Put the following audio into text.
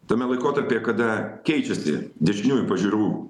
tame laikotarpyje kada keičiasi dešiniųjų pažiūrų